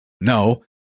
No